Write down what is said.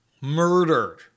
Murdered